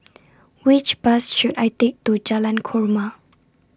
Which Bus should I Take to Jalan Korma